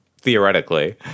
theoretically